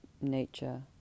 nature